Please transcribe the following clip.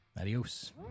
adios